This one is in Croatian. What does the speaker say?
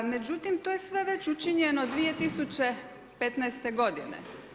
Međutim, to je sve već učinjeno 2015. godine.